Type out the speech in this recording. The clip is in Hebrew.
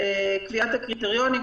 קביעת הקריטריונים.